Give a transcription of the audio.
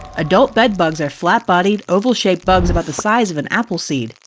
adult bedbugs are flat-bodied, oval-shaped bugs about the size of an apple seed.